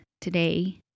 today